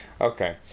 okay